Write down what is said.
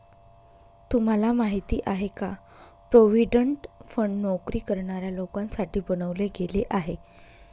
तुम्हाला माहिती आहे का? प्रॉव्हिडंट फंड नोकरी करणाऱ्या लोकांसाठी बनवले गेले आहे